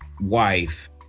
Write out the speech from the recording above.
wife